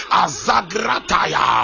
azagrataya